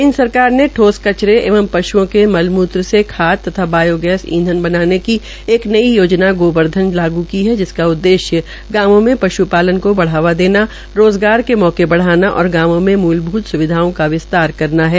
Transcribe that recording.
केन्द्र सरकार ने ठोस कचरे एवं पशुओं के मलमृत्र से खाद तथा बायोगैस ईंधन बनाये की एक नई योजना गोबरधन लागू की है जिसका उद्देश्य गांवों में पश्पालन को बढ़ावा देना रोज़गार के मौके बढ़ाना और गांवों के मूलभूत सुविधाओं का विस्तार करना है